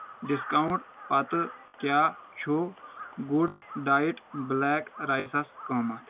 Discount پتہٕ کیٛاہ چھُ گُڈ ڈایٹ بلیک رایسس قۭمت؟